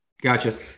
gotcha